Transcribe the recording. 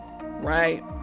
Right